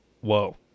whoa